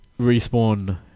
respawn